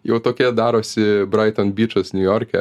jau tokie darosi braiton byčas niujorke